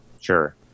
sure